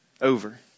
over